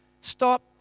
Stop